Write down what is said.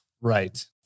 Right